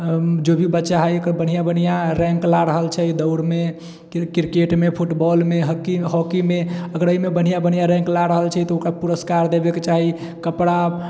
जो भी बच्चा हइ एकर बढ़िआँ बढ़िआँ रैङ्क ला रहल छै दौड़मे क्रिकेटमे फुटबॉलमे हॉकी हॉकीमे अगर एहिमे बढ़िआँ बढ़िआँ रैङ्क ला रहल छै तऽ ओकरा पुरस्कार देबएके चाही कपड़ा